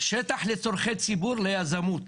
שטח לצרכי ציבור ליזמות.